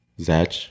Zach